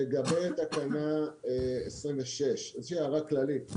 לגבי תקנה 26, יש לי הערכה כללית.